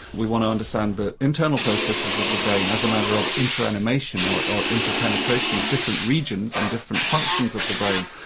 we want to understand the internal processes of the brain, as a matter of inter-animation or or inter-penetration of different regions and different functions of the brain.